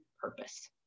purpose